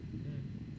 mm